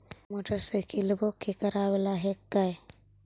मोटरसाइकिलवो के करावे ल हेकै?